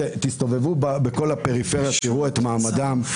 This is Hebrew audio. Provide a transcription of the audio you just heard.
תסתכלו בכל הפריפריה, תראו את מעמדם.